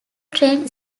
train